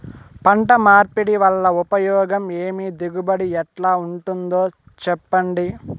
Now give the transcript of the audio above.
పంట మార్పిడి వల్ల ఉపయోగం ఏమి దిగుబడి ఎట్లా ఉంటుందో చెప్పండి?